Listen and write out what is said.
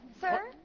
sir